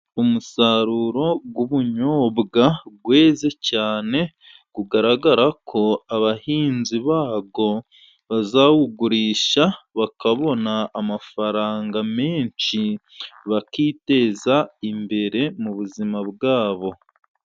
Umusaruro w'ubunyobwa weze cyane ugaragara ko abahinzi bawo bazawugurisha, bakabona amafaranga menshi bakiteza imbere mu buzima bwabo.